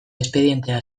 espedientea